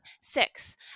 six